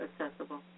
accessible